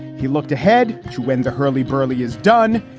he looked ahead to win. the hurly burly is done.